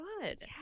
good